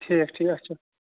ٹھیٖک ٹھیٖک اچھا